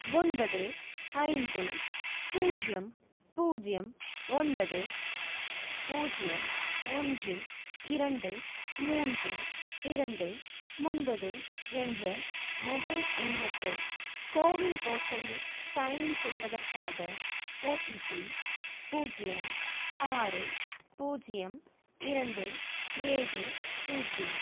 ஒன்பது ஐந்து பூஜ்ஜியம் பூஜ்ஜியம் ஒன்பது பூஜ்ஜியம் ஒன்று இரண்டு மூன்று இரண்டு ஒன்பது என்ற மொபைல் எண்ணுக்கு கோவின் போர்ட்டலில் சைன் இன் செய்வதற்காக ஓடிபி பூஜ்ஜியம் ஆறு பூஜ்ஜியம் இரண்டு ஏழு பூஜ்ஜியம்